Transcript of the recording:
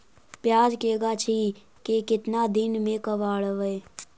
प्याज के गाछि के केतना दिन में कबाड़बै?